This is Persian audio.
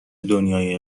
دنیای